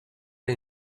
era